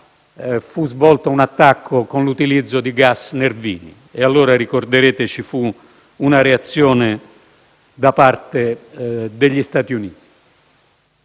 fu svolto un attacco con l'utilizzo di gas nervini. Ricorderete che allora ci fu una reazione da parte degli Stati Uniti.